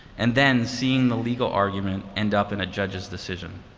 and then, seeing the legal argument end up in a judge's decision.